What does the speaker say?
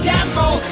Devil